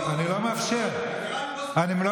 אני לא מאפשר להפריע.